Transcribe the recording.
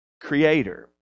creator